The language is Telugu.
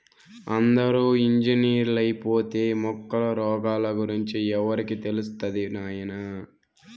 అందరూ ఇంజనీర్లైపోతే మొక్కల రోగాల గురించి ఎవరికి తెలుస్తది నాయనా